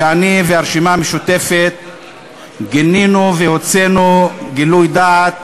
שאני והרשימה המשותפת גינינו והוצאנו גילוי דעת